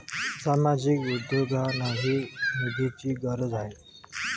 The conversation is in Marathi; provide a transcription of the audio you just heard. सामाजिक उद्योगांनाही निधीची गरज आहे